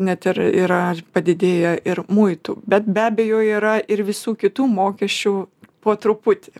net ir yra ir padidėję ir muitų bet be abejo yra ir visų kitų mokesčių po truputį